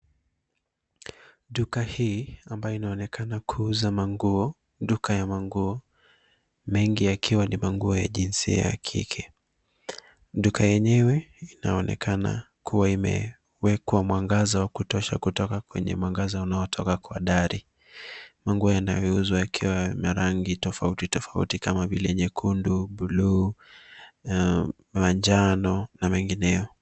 Hili ni duka linalonekana kuuza mavazi, yakiwa hasa ni mavazi ya kike. Ndani yake linaonekana kuwa na mwangaza wa kutosha kutoka kwenye taa zinazotoka dari. Mavazi yanayouzwa yana rangi mbalimbali kama vile nyekundu, buluu, manjano, na nyinginezo.